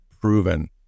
proven